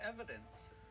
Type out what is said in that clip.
evidence